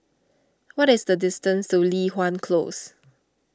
what is the distance to Li Hwan Close